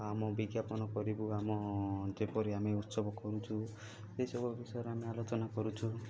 ଆମ ବିଜ୍ଞାପନ କରିବୁ ଆମ ଯେପରି ଆମେ ଉତ୍ସବ କରୁଛୁ ଏସବୁ ବିଷୟରେ ଆମେ ଆଲୋଚନା କରୁଛୁ